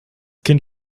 kind